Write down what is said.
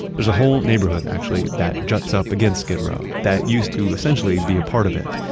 there is a whole neighborhood actually that juts up against skid row that used to essentially be a part of it.